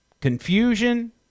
confusion